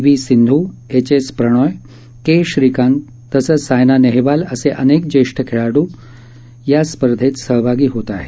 V सिधूं H S Prannoy K Srikanth तसंच सायना नेहवाल असे अनेक ज्येष्ठ खेळाडू यात सहभागी होत आहेत